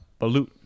balut